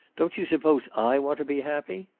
don't you suppose i want to be happy?